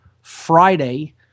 Friday